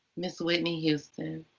ms. whitney houston.